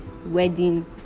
wedding